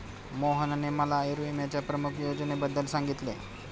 मोहनने मला आयुर्विम्याच्या प्रमुख योजनेबद्दल सांगितले